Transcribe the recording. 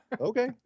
Okay